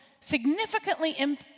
significantly